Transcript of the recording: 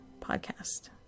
podcast